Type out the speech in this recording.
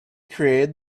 created